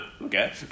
okay